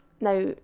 Now